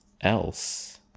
else